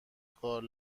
کارم